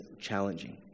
challenging